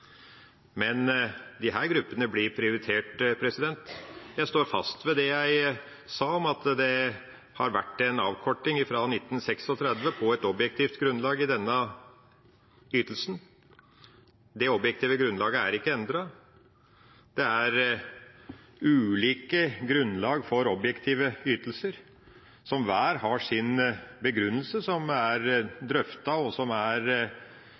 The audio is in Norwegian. gruppene blir prioritert. Jeg står fast ved det jeg sa om at det har vært en avkorting ifra 1936 på et objektivt grunnlag i denne ytelsen. Det objektive grunnlaget er ikke endret. Det er ulike grunnlag for objektive ytelser som hver har sin begrunnelse, som er drøftet, og som virkelig er diskutert opp gjennom tida, og som har stått. Dette er